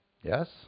Yes